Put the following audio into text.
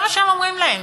זה מה שהם אומרים להם.